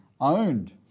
owned